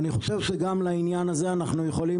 ואני חושב שגם לעניין הזה אנחנו יכולים